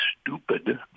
stupid